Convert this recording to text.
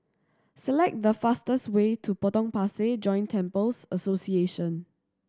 select the fastest way to Potong Pasir Joint Temples Association